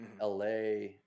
LA